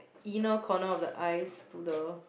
inner corner of the eyes to the